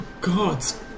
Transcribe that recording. gods